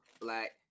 Black